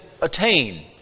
attain